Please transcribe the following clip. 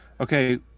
Okay